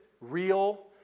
real